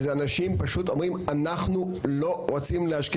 וזה אנשים פשוט אומרים אנחנו לא רוצים להשקיע